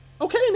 Okay